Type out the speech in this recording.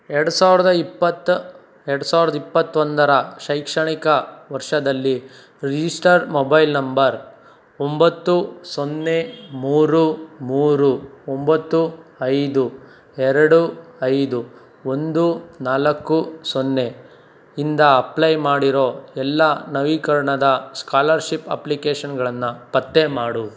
ಎರಡು ಸಾವಿರದ ಇಪ್ಪತ್ತು ಎರಡು ಸಾವಿರದ ಇಪ್ಪತ್ತೊಂದರ ಶೈಕ್ಷಣಿಕ ವರ್ಷದಲ್ಲಿ ರಿಜಿಸ್ಟರ್ಡ್ ಮೊಬೈಲ್ ನಂಬರ್ ಒಂಬತ್ತು ಸೊನ್ನೆ ಮೂರು ಮೂರು ಒಂಬತ್ತು ಐದು ಎರಡು ಐದು ಒಂದು ನಾಲ್ಕು ಸೊನ್ನೆಯಿಂದ ಅಪ್ಲೈ ಮಾಡಿರೋ ಎಲ್ಲ ನವೀಕರಣದ ಸ್ಕಾಲರ್ಶಿಪ್ ಅಪ್ಲಿಕೇಶನ್ಗಳನ್ನು ಪತ್ತೆ ಮಾಡು